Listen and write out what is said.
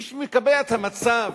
מי שמקבע את המצב